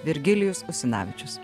virgilijus usinavičius